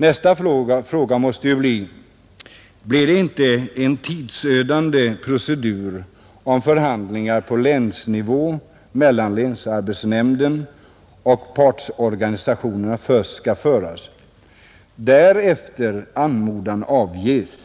Nästa fråga måste bli: Blir det inte en tidsödande procedur, om förhandlingar på länsnivå mellan länsarbetsnämnden och partsorganisationerna först skall föras, därefter ”anmodan” avges